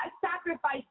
sacrifice